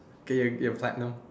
okay y~ you have platinum